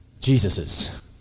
Jesus's